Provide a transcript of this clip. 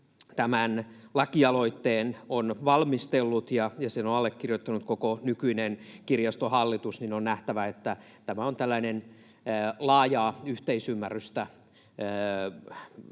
tämän lakialoitteen on valmistellut ja sen on allekirjoittanut koko nykyinen kirjaston hallitus, niin on nähtävä, että tämä on tällainen laajaa yhteisymmärrystä keräävä